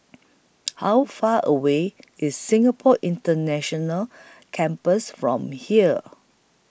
How Far away IS Singapore International Campus from here